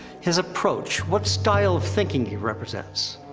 his approach, what style of thinking he represents?